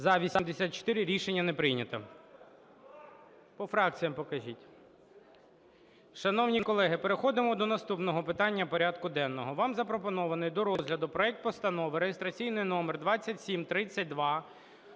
За-84 Рішення не прийнято. По фракціях покажіть. Шановні колеги, переходимо до наступного питання порядку денного. Вам запропонований до розгляду проект Постанови (реєстраційний номер 2732)